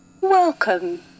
Welcome